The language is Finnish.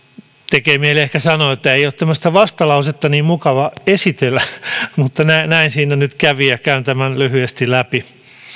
tekee mieli ehkä sanoa että ei ole tämmöistä vastalausetta niin mukava esitellä mutta näin siinä nyt kävi ja käyn tämän lyhyesti läpi